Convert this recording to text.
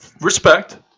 Respect